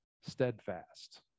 steadfast